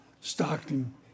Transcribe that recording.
Stockton